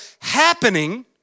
happening